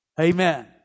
Amen